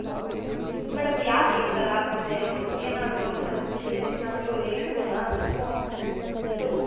okay madam ಯಾಕೆ ಈ ಥರ ಆಗ್ತಿದೆ ಏನಾದರೂ ವಿಷಯ ಏನಾದ್ರೂ ಹೇಳ್ಬೋದಾ ನೀವು ತು